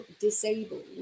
disabled